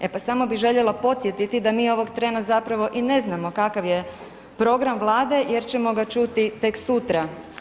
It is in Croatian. E pa samo bi željela podsjetiti da mi ovog trena zapravo i ne znamo kakav je program vlade jer ćemo ga čuti tek sutra.